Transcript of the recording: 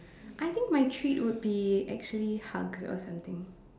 I think my treat would be actually hug or something